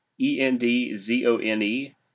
E-N-D-Z-O-N-E